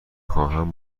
خواهم